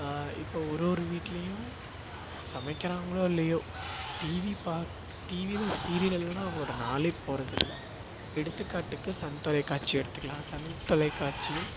இப்போது ஒரு ஒரு வீட்லேயும் சமைக்கிறாங்களோ இல்லையோ டிவி பாக் டிவியில் சீரியல் இல்லைன்னா அவங்களோட நாளே போவது இல்லை எடுத்துக்காட்டுக்கு சன் தொலைக்காட்சி எடுத்துக்கலாம் சன் தொலைக்காட்சியில்